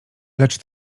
lecz